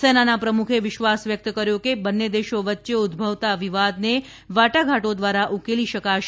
સેનાના પ્રમુખે વિશ્વાસ વ્યકત કર્યો હતો કે બંને દેશો વચ્ચે ઉદભવતા વિવાદને વાટાઘાટો દ્વારા ઉકેલી શકાશે